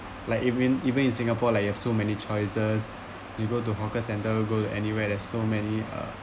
like if in even in singapore like you have so many choices you go to hawker centre go to anywhere there're so many uh